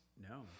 No